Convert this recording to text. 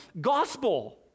gospel